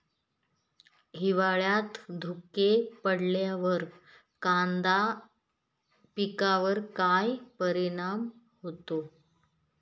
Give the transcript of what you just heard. हिवाळ्यात धुके पडल्यावर कांदा पिकावर काय परिणाम होतो?